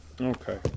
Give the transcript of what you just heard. Okay